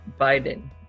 Biden